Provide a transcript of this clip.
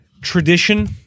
tradition